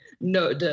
no